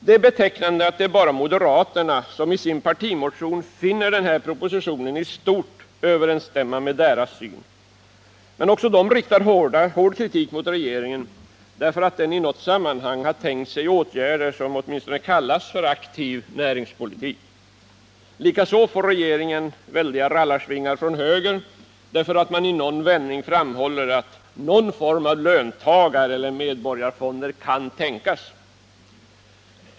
Det är betecknande att det är bara moderaterna som i sin partimotion finner att propositionen i stort överensstämmer med deras syn. Men också de riktar hård kritik mot regeringen därför att den i något sammanhang har tänkt sig åtgärder som åtminstone kallas aktiv näringspolitik. Likaså får regeringen väldiga rallarsvingar från höger därför att den i några vändningar framhåller att någon form av löntagareller medborgarfonder kan tänkas.